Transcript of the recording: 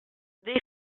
they